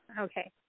Okay